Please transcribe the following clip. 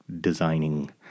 designing